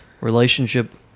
relationship